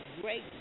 great